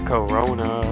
Corona